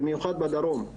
במיוחד בדרום.